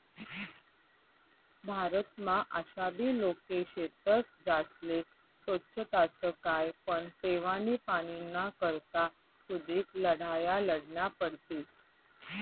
भारतमा आशाबी लोके शेतस ज्यास्ले सोच्छताच काय पण पेवानी पाणीना करता सुदीक लढाया लढन्या पडतीस